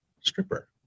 stripper